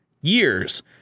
years